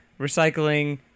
Recycling